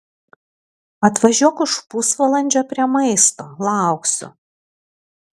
atvažiuok už pusvalandžio prie maisto lauksiu